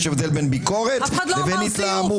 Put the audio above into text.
יש הבדל בין ביקורת לבין התלהמות.